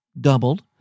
doubled